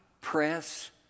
press